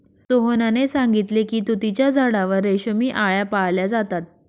सोहनने सांगितले की तुतीच्या झाडावर रेशमी आळया पाळल्या जातात